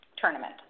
tournament